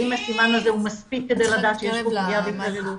האם הסימן הזה הוא מספיק כדי לדעת שיש פה פגיעה בהתעללות.